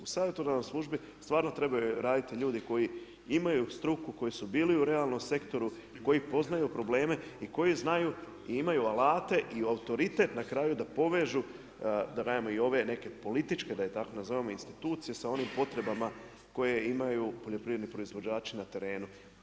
U savjetodavnoj službi stvarno trebaju raditi ljudi koji imaju struku, koji su bili u realnom sektoru, koji poznaju probleme i koji znaju i imaju alate i autoritet na kraju da povežu, da kažem i ove neke političke da ih tako nazovemo institucije sa onim potrebama koje imaju poljoprivredni proizvođači na terenu.